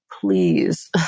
please